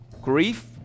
grief